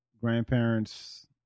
grandparents